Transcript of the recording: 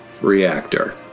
reactor